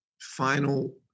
final